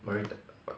maritime